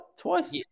twice